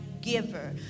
giver